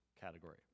category